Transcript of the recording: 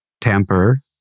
tamper